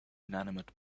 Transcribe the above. inanimate